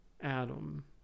Adam